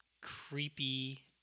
creepy